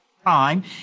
time